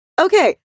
okay